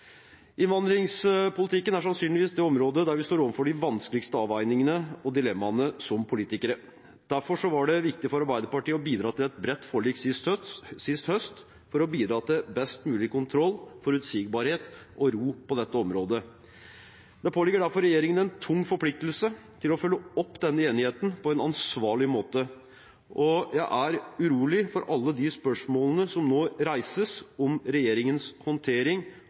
Innvandringspolitikken er sannsynligvis det området der vi som politikere står overfor de vanskeligste avveiningene og dilemmaene. Derfor var det viktig for Arbeiderpartiet å bidra til et bredt forlik sist høst – for å bidra til best mulig kontroll, forutsigbarhet og ro på dette området. Det påligger derfor regjeringen en tung forpliktelse til å følge opp denne enigheten på en ansvarlig måte. Jeg er urolig over alle de spørsmålene som nå reises om regjeringens håndtering